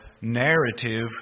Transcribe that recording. narrative